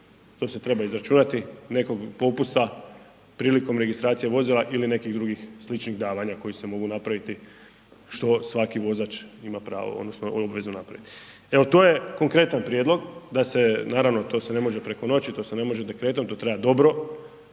to se treba izračunati nekog popusta prilikom registracije vozila ili nekih drugih sličnih davanja koja se mogu napraviti što svaki vozač ima pravo odnosno obvezu napraviti. Evo, to je konkretan prijedlog, da se naravno, to se ne može preko noći, to se ne može .../Govornik se